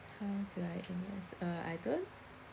how do I invest uh I don't